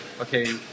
Okay